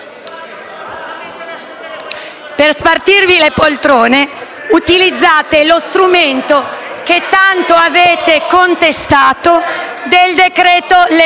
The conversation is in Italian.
Per spartirvi le poltrone utilizzate lo strumento che tanto avete contestato del decreto-legge